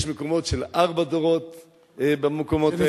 יש מקומות של ארבעה דורות במקומות האלה,